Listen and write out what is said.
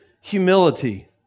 humility